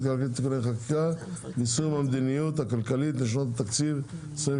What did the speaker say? הכלכלית תיקוני חקיקה ליישום המדיניות הכלכלית לשנות התקציב 2023